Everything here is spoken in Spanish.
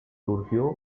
surgió